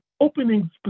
opening